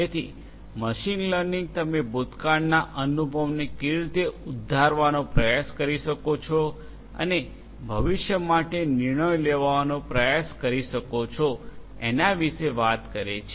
તેથી machine learning તમે ભૂતકાળના અનુભવને કેવી રીતે ઉદ્ધારવાનો પ્રયાસ કરી શકો છો અને ભવિષ્ય માટે નિર્ણયો લેવાનો પ્રયાસ કરી શકો છો એના વિશે વાત કરે છે કે